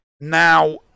Now